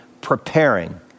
preparing